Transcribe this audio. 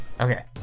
Okay